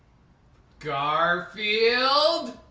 garfield,